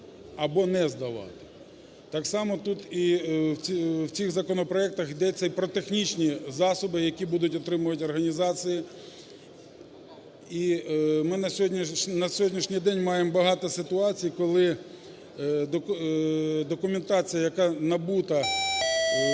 або не здавати. Так само тут в цих законопроектах йдеться про технічні засоби, які будуть отримувати організації. І ми на сьогоднішній день маємо багато ситуацій, коли документація, яка набута